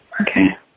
Okay